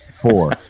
four